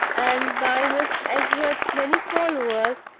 and by miss edgeworth's many followers,